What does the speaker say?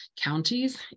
counties